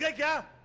yeah go